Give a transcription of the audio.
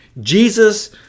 jesus